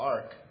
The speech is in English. Ark，